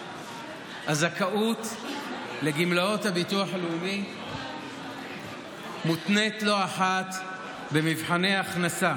הזכאות לגמלאות הביטוח הלאומי מותנית לא אחת במבחני הכנסה,